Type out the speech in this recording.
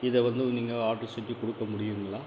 இதை வந்து நீங்கள் ஆர்டரு செஞ்சு கொடுக்க முடியுங்களா